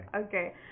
Okay